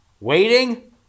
Waiting